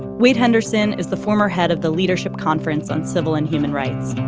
wade henderson is the former head of the leadership conference on civil and human rights